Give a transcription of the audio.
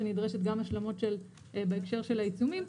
שנדרשות גם השלמות בהקשר של העיצומים,